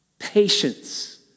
Patience